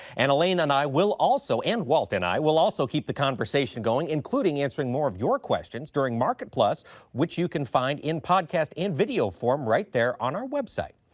and elaine and i will also, and walt and i, will also keep the conversation going, including answering more of your questions, during market plus which you can find in podcast and video form right there on our website.